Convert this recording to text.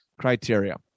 criteria